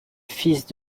fils